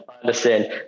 understand